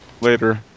later